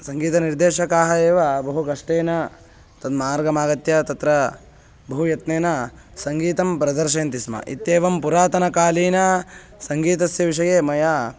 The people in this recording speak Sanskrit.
सङ्गीतनिर्देशकाः एव बहु कष्टेन तन्मार्गमागत्य तत्र बहु यत्नेन सङ्गीतं प्रदर्शयन्ति स्म इत्येवं पुरातनकालीनासङ्गीतस्य विषये मया